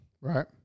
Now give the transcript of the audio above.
Right